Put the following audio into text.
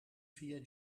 via